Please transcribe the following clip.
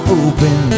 open